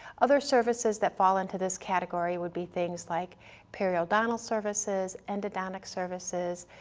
other services that fall into this category would be things like periodontal services, endodontic services,